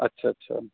अच्छा अच्छा